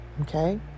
okay